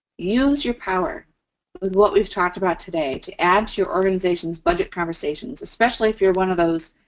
use your power with what we've talked about today to add to your organization's budget conversations. especially if you're one of those,